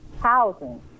housing